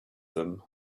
them